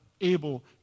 able